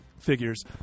figures